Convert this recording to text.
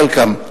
Welcome .